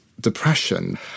depression